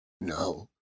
no